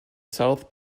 south